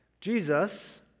Jesus